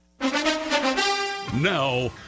now